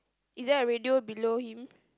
is there a radio below him